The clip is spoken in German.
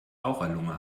raucherlunge